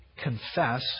confess